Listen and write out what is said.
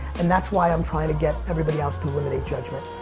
and that's why i'm trying to get everybody else to eliminate judgment.